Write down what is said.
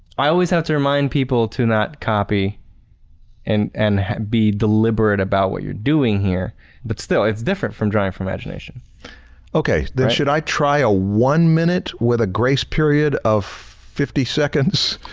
i always have to remind people to not copy and and be deliberate about what you're doing here but still, it's different from drawing from imagination. marshall okay, then should i try a one-minute with a grace period of fifty seconds.